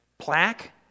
Plaque